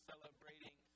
celebrating